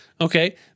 okay